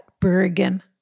Bergen